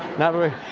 not very